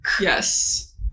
Yes